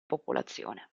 popolazione